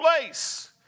place